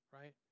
right